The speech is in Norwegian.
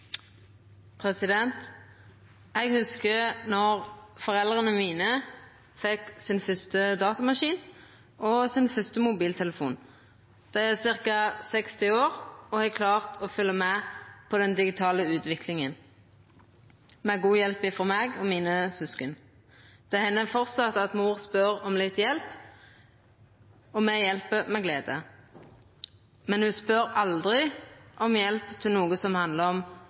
sin første mobiltelefon. Dei er ca. 60 år og har klart å følgja med på den digitale utviklinga, med god hjelp frå meg og søskena mine. Det hender framleis at mor spør om litt hjelp, og me hjelper med glede. Men ho spør aldri om hjelp til noko som handlar om